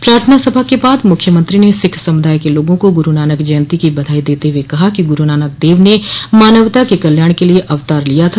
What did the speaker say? प्रार्थना सभा के बाद मुख्यमंत्री ने सिख समुदाय के लोगों को गुरूनानक जयंती की बधाई देते हुए कहा कि गुरूनानक देव ने मानवता के कल्याण के लिए अवतार लिया था